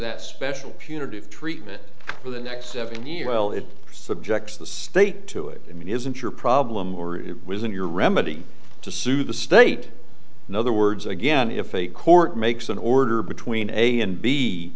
that special punitive treatment for the next seven year will it be subject to the state to it i mean isn't your problem or it was in your remedy to sue the state in other words again if a court makes an order between a and b